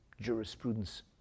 jurisprudence